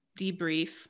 debrief